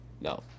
No